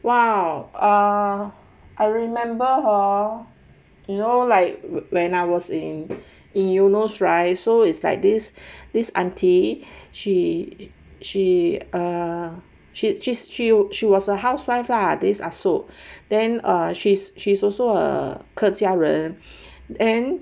!wow! ah I remember hor you know like when I was in in eunos right so is like this this auntie she she ah she she was a housewife lah this ah so then uh she's she's also a 客家人 then